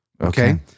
okay